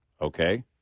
Okay